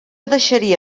deixaria